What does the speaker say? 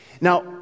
Now